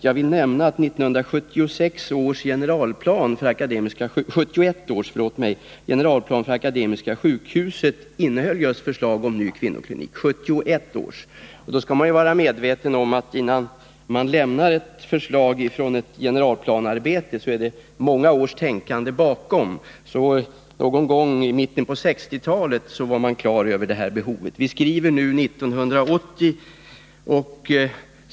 Jag vill nämna att 1971 års generalplan för Akademiska sjukhuset innehöll just förslag om ny kvinnoklinik. Man skall då vara medveten om att innan förslag lämnas från ett generalplanearbete, så ligger det många års tänkande bakom detta. Redan någon gång i mitten på 1960-talet var man på det klara med att det här behovet fanns, och vi skriver nu 1980.